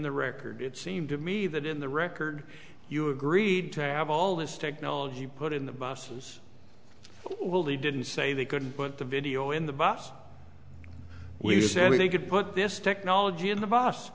the record it seemed to me that in the record you agreed to have all this technology put in the bosses well they didn't say they couldn't put the video in the box we said we could put this technology in the boss